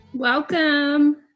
welcome